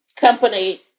company